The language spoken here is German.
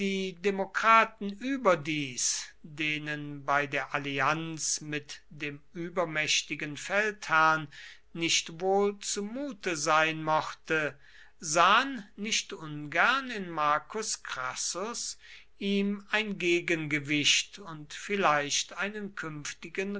demokraten überdies denen bei der allianz mit dem übermächtigen feldherrn nicht wohl zu mute sein mochte sahen nicht ungern in marcus crassus ihm ein gegengewicht und vielleicht einen künftigen